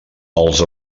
els